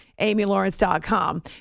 amylawrence.com